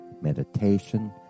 meditation